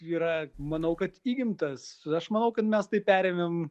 yra manau kad įgimtas aš manau kad mes tai perėmėm